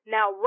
Now